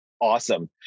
Awesome